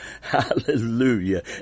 Hallelujah